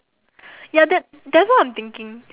ya that that's why I'm thinking